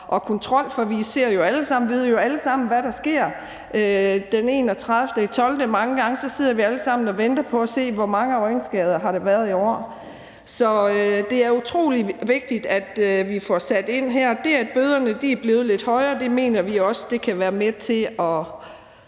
og ved jo alle sammen, hvad der sker den 31. december. Mange gange sidder vi alle sammen og venter på at se, hvor mange øjenskader der har været det pågældende år. Så det er utrolig vigtigt, at vi får sat ind her. Det, at bøderne er blevet lidt højere, mener vi også kan være med til, at